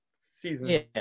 season